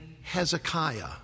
Hezekiah